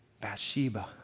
Bathsheba